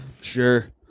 Sure